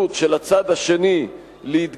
הנכונות של הצד השני להתגמש,